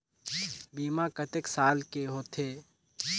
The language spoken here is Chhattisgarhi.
बीमा कतेक साल के होथे?